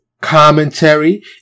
commentary